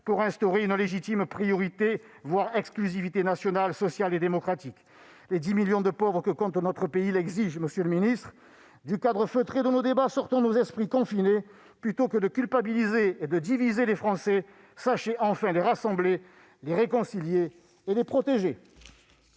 pour instaurer une légitime priorité, voire exclusivité, nationale, sociale et démocratique. Les 10 millions de pauvres que compte notre pays l'exigent, monsieur le ministre. Du cadre feutré de nos débats, sortons nos esprits confinés : plutôt que de culpabiliser et de diviser les Français, sachez enfin les rassembler, les réconcilier et les protéger